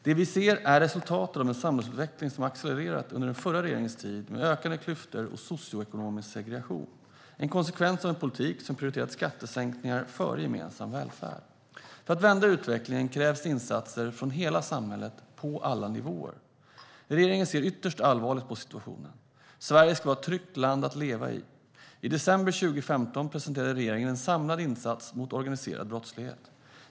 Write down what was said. Det vi ser är resultatet av en samhällsutveckling som accelererat under den förra regeringens tid med ökade klyftor och socioekonomisk segregation. Det är en konsekvens av en politik som prioriterat skattesänkningar före gemensam välfärd. För att vända utvecklingen krävs det insatser från hela samhället och på alla nivåer. Regeringen ser ytterst allvarligt på situationen. Sverige ska vara ett tryggt land att leva i. I december 2015 presenterade regeringen en samlad insats mot organiserad brottslighet.